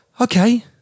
Okay